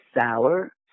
sour